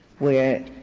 where